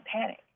panic